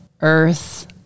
earth